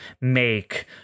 make